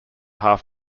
half